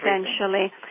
essentially